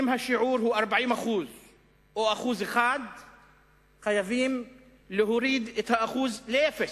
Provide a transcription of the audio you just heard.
אם השיעור הוא 40% או 1% חייבים להוריד את האחוז לאפס.